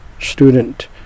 student